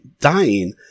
dying